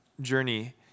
journey